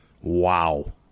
wow